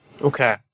Okay